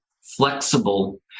flexible